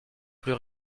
plus